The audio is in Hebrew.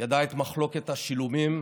ידעה את מחלוקת השילומים